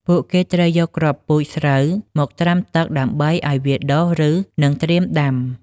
ពួកគេត្រូវយកគ្រាប់ពូជស្រូវមកត្រាំទឹកដើម្បីឱ្យវាដុះឬស និងត្រៀមដាំ។